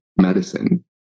medicine